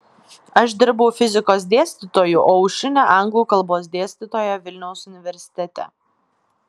aš dirbau fizikos dėstytoju o aušrinė anglų kalbos dėstytoja vilniaus universitete